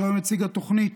שהיום הציגה תוכנית